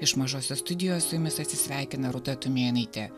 iš mažosios studijos su jumis atsisveikina rūta tumėnaitė